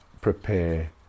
prepare